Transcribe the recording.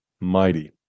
mighty